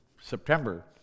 September